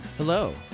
Hello